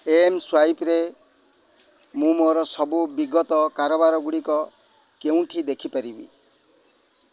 ଏମ୍ସ୍ୱାଇପ୍ରେ ମୁଁ ମୋର ସବୁ ବିଗତ କାରବାରଗୁଡ଼ିକ କେଉଁଠି ଦେଖିପାରିବି